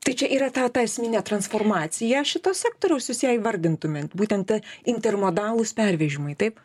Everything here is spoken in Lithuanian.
tai čia yra ta ta esminė transformacija šito sektoriaus jūs ją įvardintume būtent ta intermodalūs pervežimai taip